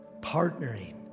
partnering